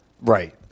Right